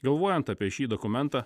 galvojant apie šį dokumentą